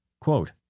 quote